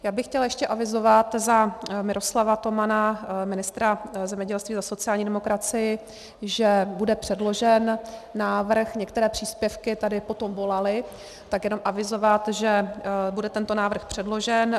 Já bych chtěla ještě avizovat za Miroslava Tomana, ministra zemědělství za sociální demokracii, že bude předložen návrh, některé příspěvky tady po tom volaly, tak jenom avizovat, že bude tento návrh předložen.